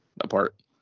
apart